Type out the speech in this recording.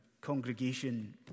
congregation